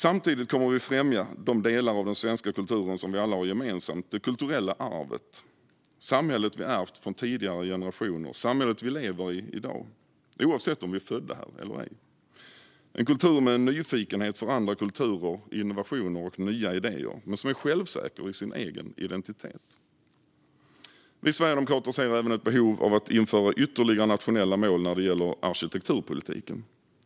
Samtidigt kommer vi att främja de delar av den svenska kulturen som vi alla har gemensamt: det kulturella arvet, samhället vi ärvt från tidigare generationer, samhället vi i dag lever i, oavsett om vi är födda här eller ej. Det är en kultur med en nyfikenhet på andra kulturer, innovationer och nya idéer men som är självsäker i sin egen identitet. Vi sverigedemokrater ser även ett behov av att införa ytterligare nationella mål när det gäller arkitekturpolitiken.